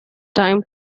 time